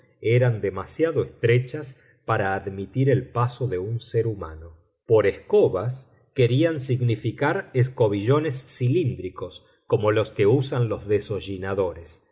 eran demasiado estrechas para admitir el paso de un ser humano por escobas querían significar escobillones cilíndricos como los que usan los